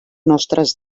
nostres